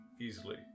easily